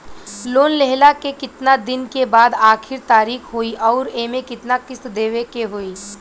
Loan लेहला के कितना दिन के बाद आखिर तारीख होई अउर एमे कितना किस्त देवे के होई?